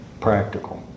practical